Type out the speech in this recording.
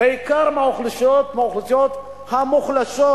בעיקר מהאוכלוסיות המוחלשות,